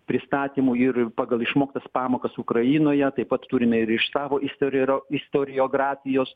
pristatymų ir pagal išmoktas pamokas ukrainoje taip pat turime ir iš savo istoriro istoriografijos